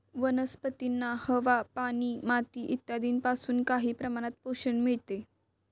वनस्पतींना पाणी, हवा, माती इत्यादींपासून काही प्रमाणात पोषण मिळते